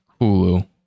Hulu